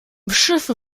schiffe